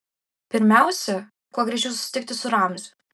pirmiausia kuo greičiau susitikti su ramziu